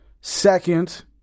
Second